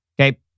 okay